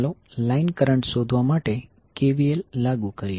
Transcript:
ચાલો line current શોધવા માટે KVL લાગુ કરીએ